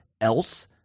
else